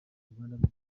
rwanda